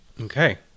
Okay